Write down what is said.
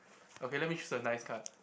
okay let me choose a nice card